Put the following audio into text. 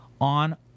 on